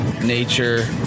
nature